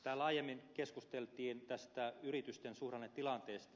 täällä aiemmin keskusteltiin yritysten suhdannetilanteesta